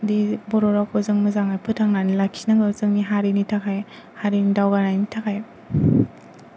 दि बर'रावखौ जों मोजाङै फोथांनानै लाखिनो नांगौ जोंनि हारिनि थाखाय हारिनि दावगानायनि थाखाय